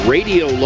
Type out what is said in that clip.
Radio